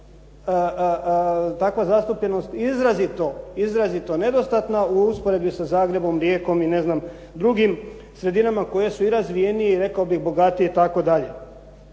takva zastupljenost izrazito, izrazito nedostatna u usporedbi sa Zagrebom, Rijekom i ne znam drugim sredinama koje su i razvijenije i rekao bih bogatije itd.